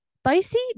spicy